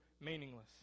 meaningless